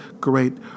great